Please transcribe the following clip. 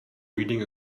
reading